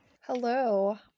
Hello